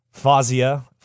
Fazia